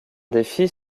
défis